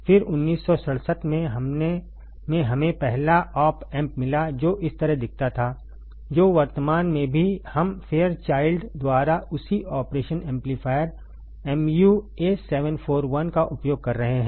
फिर 1967 में हमें पहला ऑप एम्प मिला जो इस तरह दिखता था जो वर्तमान में भी हम फेयरचाइल्ड फेयरचाइल्ड द्वारा उसी ऑपरेशन एम्पलीफायर mu A741 का उपयोग कर रहे हैं